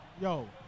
yo